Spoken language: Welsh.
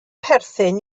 perthyn